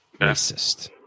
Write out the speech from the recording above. Racist